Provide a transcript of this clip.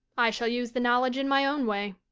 i shall use the knowledge in my own way.